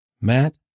Matt